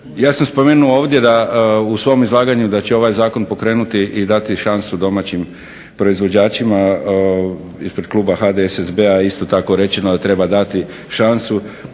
Ja sam spomenuo ovdje u svom izlaganju da će ovaj zakon pokrenuti i dati šansu domaćim proizvođačima. Ispred kluba HDSSB-a je isto tako rečeno da treba dati šansu.